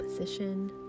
position